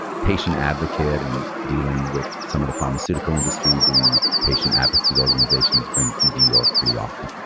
patient advocate and dealing with some of the pharmaceutical industry, dealing with patient advocacy organizations brings me to new york pretty often.